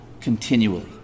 continually